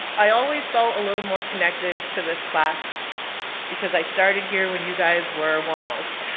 i always felt a little more connected to this class because i started here when you guys were one ls.